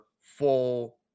full